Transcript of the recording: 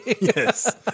Yes